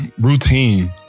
Routine